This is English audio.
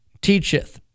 teacheth